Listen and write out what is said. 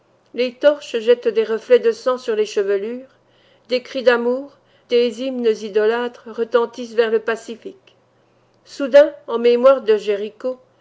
les torches jettent des reflets de sang sur les chevelures des cris d'amour des hymnes idolâtres retentissent vers le pacifique soudain en mémoire de jéricho